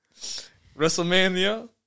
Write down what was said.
WrestleMania